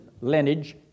lineage